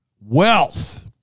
Wealth